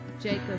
Jacob